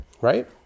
Right